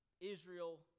Israel